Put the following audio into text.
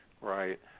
right